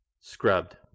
Scrubbed